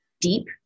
deep